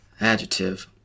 Adjective